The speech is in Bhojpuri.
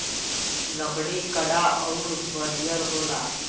लकड़ी कड़ा अउर बरियार होला